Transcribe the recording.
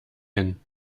hin